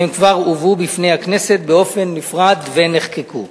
והם כבר הובאו בפני הכנסת בנפרד ונחקקו.